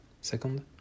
second